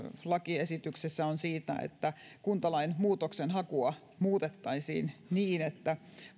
lakiesityksessä on se että kuntalain muutoksenhakua muutettaisiin niin että